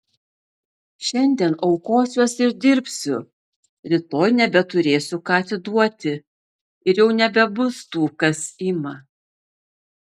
šiandien aukosiuosi ir dirbsiu rytoj nebeturėsiu ką atiduoti ir jau nebebus tų kas ima